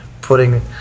putting